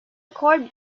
accord